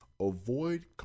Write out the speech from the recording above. avoid